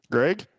Greg